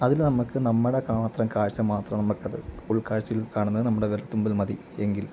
അതിൽ നമുക്ക് നമ്മുടെ മാത്രം കാഴ്ച്ച മാത്രം നമുക്കത് ഉൾകാഴ്ച്ചയിൽ കാണുന്നത് നമ്മുടെ വിരൽ തുമ്പിൽ മതി എങ്കിൽ